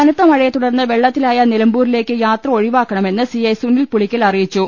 കനത്ത മഴയെത്തുടർന്ന് വെള്ളത്തിലായ നിലമ്പൂരിലേക്ക് യാത്ര ഒഴിവാക്കണമെന്ന് സി ഐ സുനിൽ പുളിക്കൽ അറിയിച്ചു